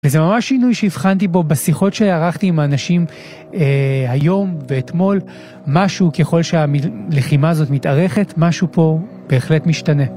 וזה ממש שינוי שהבחנתי בו בשיחות שערכתי עם האנשים היום ואתמול, משהו ככל שהלחימה הזאת מתארכת, משהו פה בהחלט משתנה.